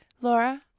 Laura